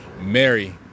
Mary